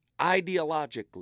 ideologically